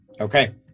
Okay